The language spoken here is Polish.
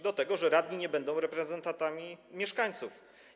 Do tego, że radni nie będą reprezentantami mieszkańców.